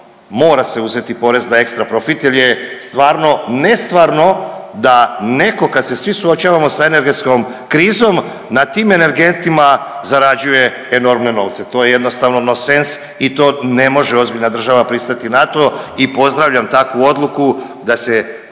mora se uzeti porez na ekstra profit jel je stvarno nestvarno da neko kad se svi suočavamo sa energetskom krizom na tim energentima zarađuje enormne novce, to je jednostavno nonsens i to ne može ozbiljna država pristati na to i pozdravljam takvu odluku da se